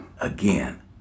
Again